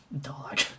dog